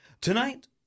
Tonight